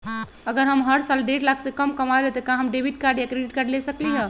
अगर हम हर साल डेढ़ लाख से कम कमावईले त का हम डेबिट कार्ड या क्रेडिट कार्ड ले सकली ह?